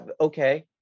Okay